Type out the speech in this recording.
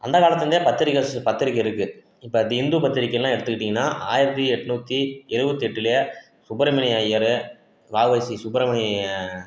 அந்த காலத்தில் இருந்தே பத்திரிக்கை ஸ் பத்திரிக்கை இருக்குது இப்போ தி இந்து பத்திரிக்கை எல்லாம் எடுத்துக்கிட்டீங்கன்னால் ஆயிரத்தி எட்நூற்றி இருபத்தி எட்டுலையே சுப்பிரமணிய ஐயர் வஉசி சுப்பிரமணிய